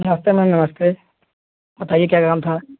नमस्ते मैम नमस्ते बताइए क्या काम था